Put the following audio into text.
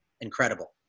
incredible